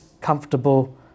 comfortable